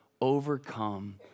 overcome